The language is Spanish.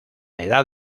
edad